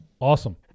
Awesome